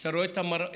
כשאתה רואה את המראה